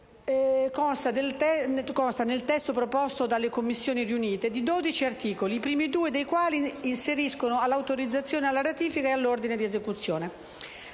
esecuzione consta, nel testo proposto dalle Commissioni riunite, di dieci articoli, i primi due dei quali ineriscono all'autorizzazione alla ratifica ed all'ordine di esecuzione.